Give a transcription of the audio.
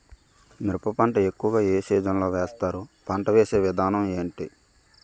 మిరప పంట ఎక్కువుగా ఏ సీజన్ లో వేస్తారు? పంట వేసే విధానం ఎంటి?